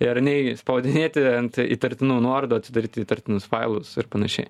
ir nei spaudinėti ant įtartinų nuorodų atidaryti įtartinus failus ir panašiai